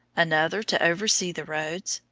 another to oversee the roads,